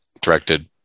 directed